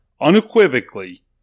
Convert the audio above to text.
unequivocally